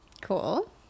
cool